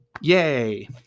Yay